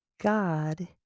God